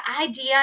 idea